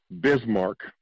Bismarck